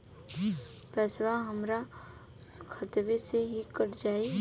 पेसावा हमरा खतवे से ही कट जाई?